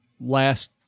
last